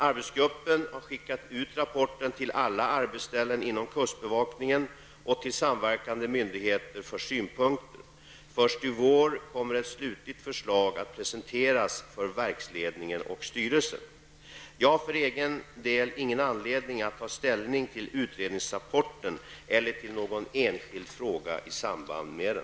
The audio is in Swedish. Arbetsgruppen har skickat ut rapporten till alla arbetsställen inom kustbevakningen och till samverkande myndigheter för synpunkter. Först i vår kommer ett slutligt förslag att presenteras för verksledningen och styrelsen. Jag har för egen del ingen anledning att ta ställning till utredningsrapporten eller till någon enskild fråga i samband med den.